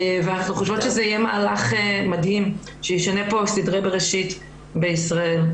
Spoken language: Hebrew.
ואנחנו חושבות שזה יהיה מהלך מדהים שישנה פה סדרי בראשית בישראל.